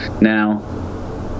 now